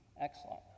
Excellent